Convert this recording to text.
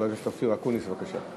חבר הכנסת אופיר אקוניס, בבקשה.